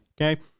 okay